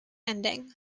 ending